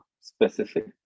specific